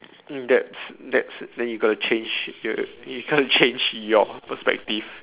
um that's that's then you gotta change you you can't change your perspective